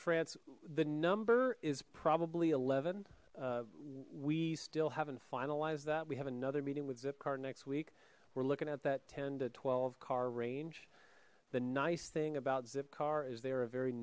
france the number is probably eleven we still haven't finalized that we have another meeting with zipcar next week we're looking at that ten to twelve car range the nice thing about zipcar is they're a very